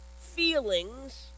feelings